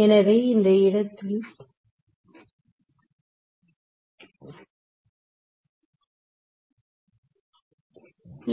எனவே இந்த இடத்தில்